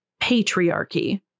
patriarchy